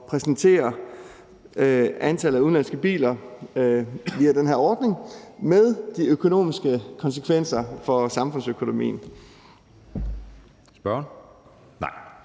præsentere antallet af udenlandske biler via den her ordning med de økonomiske konsekvenser for samfundsøkonomien.